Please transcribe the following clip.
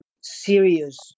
serious